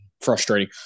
frustrating